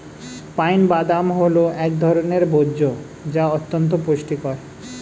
pine বাদাম হল এক ধরনের ভোজ্য যা অত্যন্ত পুষ্টিকর